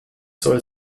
soll